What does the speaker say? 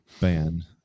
ban